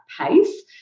pace